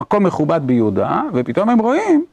מקום מכובד ביהודה, ופתאום הם רואים.